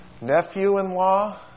nephew-in-law